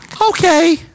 okay